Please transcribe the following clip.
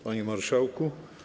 Panie Marszałku!